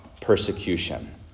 persecution